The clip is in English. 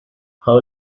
how